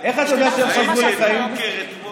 אתה מכיר את זה